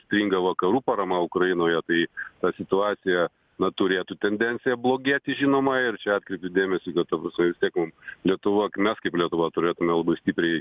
stringa vakarų parama ukrainoje tai ta situacija na turėtų tendencija blogėti žinoma ir čia atkreipiu dėmesį kad ta prasme vis tiek mum lietuva mes kaip lietuva turėtume labai stipriai